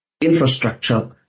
infrastructure